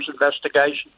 investigation